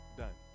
done